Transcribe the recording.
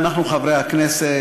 אנחנו חברי הכנסת,